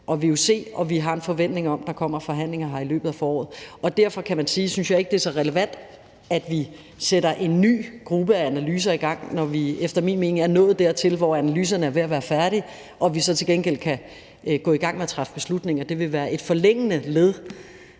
og vuc. Og vi har en forventning om, at der kommer forhandlinger her i løbet af foråret. Og derfor synes jeg ikke, det er så relevant, at vi sætter en ny gruppe i gang med analyser, når vi efter min mening er nået dertil, hvor analyserne er ved at være færdige og vi så til gengæld kan gå i gang med at træffe beslutninger. Det vil være et forlængende led,